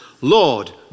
Lord